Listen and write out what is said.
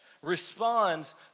responds